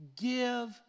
give